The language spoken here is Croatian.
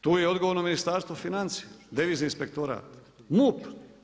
Tu je odgovorno Ministarstvo financija, devizni inspektorat, MUP.